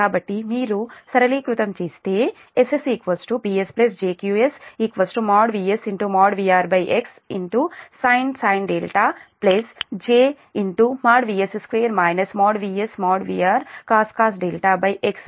కాబట్టి మీరు సరళీకృతం చేస్తే SS PS j QS VS|VR|x sin jVS2 VS|VR|cos x